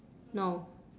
no